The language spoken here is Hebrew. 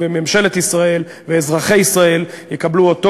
וממשלת ישראל ואזרחי ישראל יקבלו אותו